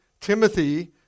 Timothy